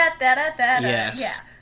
Yes